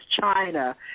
china